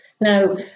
now